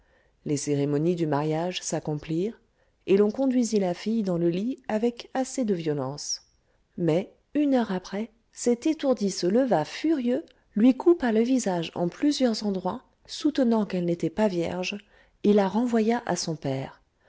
les cérémonies du mariage s'accomplies on conduisit la fille dans le lit avec assez de violence mais une heure après cet étourdi se leva furieux lui coupa le visage en plusieurs endroits soutenant qu'elle n'étoit pas vierge et la renvoya à son père